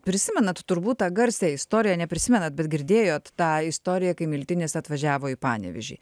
prisimenat turbūt tą garsią istoriją neprisimenat bet girdėjot tą istoriją kai miltinis atvažiavo į panevėžį